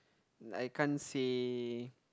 I can't say